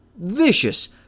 vicious